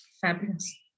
Fabulous